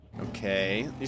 Okay